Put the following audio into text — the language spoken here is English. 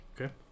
Okay